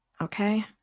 Okay